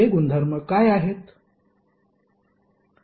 ते गुणधर्म काय आहेत